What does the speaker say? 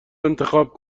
انتخاب